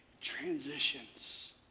transitions